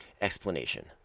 explanation